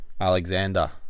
Alexander